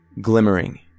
glimmering